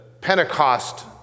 Pentecost